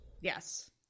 Yes